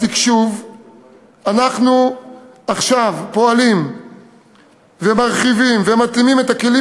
התקשוב אנחנו עכשיו פועלים ומרחיבים ומתאימים את הכלים